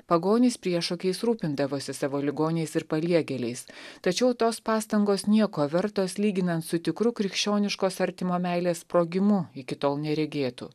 pagonys priešokiais rūpindavosi savo ligoniais ir paliegėliais tačiau tos pastangos nieko vertos lyginant su tikru krikščioniškos artimo meilės sprogimu iki tol neregėtu